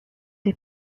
des